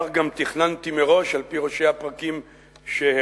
כך גם תכננתי מראש על-פי ראשי הפרקים שהכנתי.